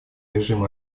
режим